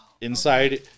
Inside